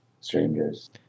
strangers